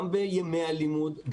גם בימי הלימוד,